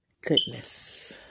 goodness